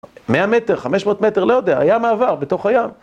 100 מטר, 500 מטר, לא יודע, היה מעבר בתוך הים